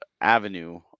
avenue